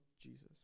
Jesus